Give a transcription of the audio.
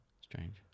strange